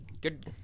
good